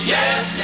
Yes